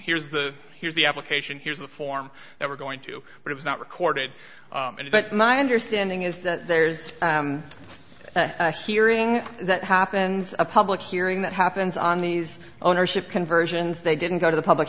here's the here's the application here's the form that we're going to but it's not recorded and but my understanding is that there's hearing that happens a public hearing that happens on these ownership conversions they didn't go to the public